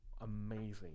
amazing